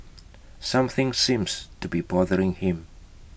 something seems to be bothering him